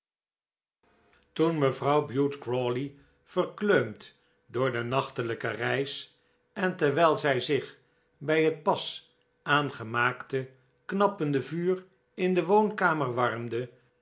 toen mevrouw bute crawley verkleumd door de nachtelijke reis en terwijl zij zich bij het pas aangemaakte knappende vuur in de woonkamer warmde